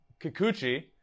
Kikuchi